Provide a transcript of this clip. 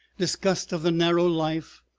disgust of the narrow life,